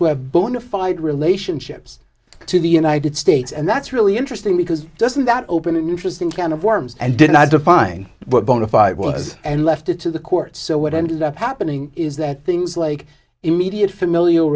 who have bonafide relationships to the united states and that's really interesting because doesn't that open an interesting can of worms and did not define what bonafide was and left it to the courts so what ended up happening is that things like immediate familial